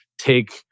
take